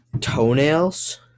toenails